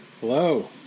Hello